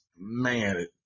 man